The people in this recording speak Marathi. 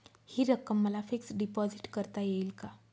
हि रक्कम मला फिक्स डिपॉझिट करता येईल का?